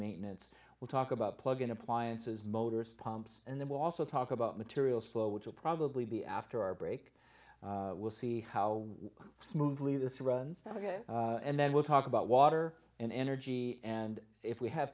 maintenance we'll talk about plug in appliances motors pumps and then we'll also talk about materials flow which will probably be after our break we'll see how smoothly this runs and then we'll talk about water and energy and if we have